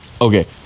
Okay